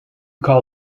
call